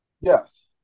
Yes